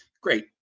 great